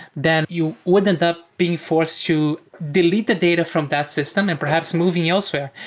then you would end up being forced to delete the data from that system and perhaps moving elsewhere,